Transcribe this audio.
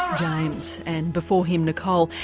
off. james, and before him nicole.